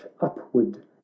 upward